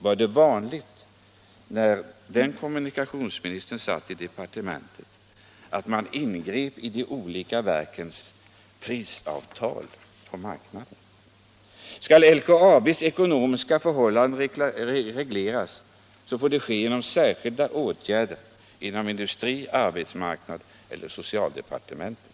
Var det vanligt, när den kommunikationsministern satt i departementet, att man ingrep i de olika verkens prisavtal på marknaden? Nej, om LKAB:s ekonomiska förhållanden skall regleras, så får det ske genom särskilda åtgärder inom industri-, arbetsmarknadseller socialdepartementet.